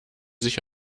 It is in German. sich